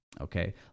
Okay